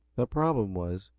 the problem was,